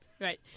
Right